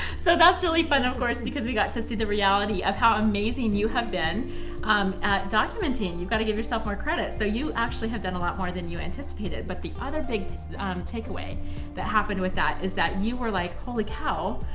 so that's really fun of course, because we got to see the reality of how amazing you have been um at documenting. you have got to give yourself more credit. so you actually have done a lot more than you anticipated, but the other big takeaway that happened with that is that you were like holy cow,